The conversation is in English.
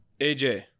AJ